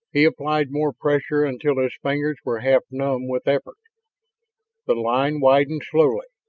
he applied more pressure until his fingers were half numb with effort. the line widened slowly.